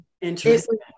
Interesting